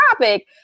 topic